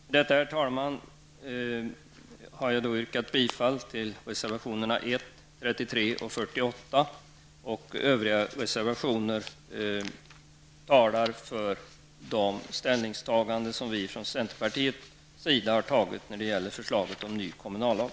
Med detta, herr talman, har jag yrkat bifall till reservationerna 1, 33 och 48. Övriga reservationer talar för de ställningstaganden som vi från centerpartiet har gjort när det gäller förslaget till ny kommunallag.